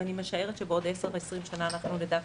אני משערת שגם בעוד 10 או 20 שנים אנחנו נדע אף יותר.